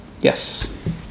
Yes